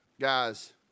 guys